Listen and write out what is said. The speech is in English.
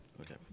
okay